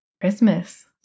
Christmas